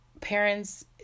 parents